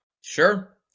Sure